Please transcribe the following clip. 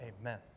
amen